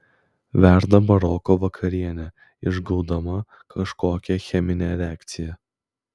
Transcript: verda baroko vakarienė išgaudama kažkokią cheminę reakciją